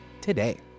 today